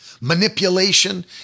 manipulation